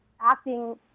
acting